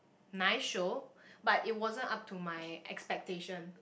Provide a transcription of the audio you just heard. nice show but it wasn't up to my expectation